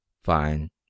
fine